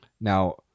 Now